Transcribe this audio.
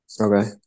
Okay